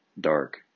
dark